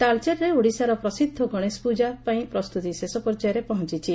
ତାଳଚେରରେ ଓଡ଼ିଶାର ପ୍ରସିଦ୍ଧ ଗଣେଶ ପୂଜା ପାଇଁ ପ୍ରସ୍ତୁତି ଶେଷ ପର୍ଯ୍ୟାୟରେ ପହଞ୍ଚିଛି